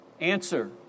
answer